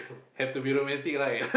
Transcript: have to be romantic right